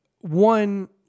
one